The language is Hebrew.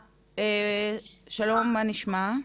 שלום, מה נשמע?